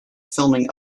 filming